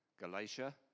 Galatia